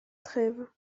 trêve